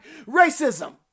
racism